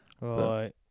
Right